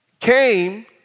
came